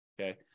okay